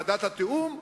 ועדת התיאום,